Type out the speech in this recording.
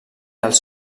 els